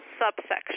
subsection